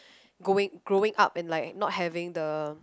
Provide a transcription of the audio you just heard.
going growing up and like not having the